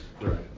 Right